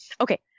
Okay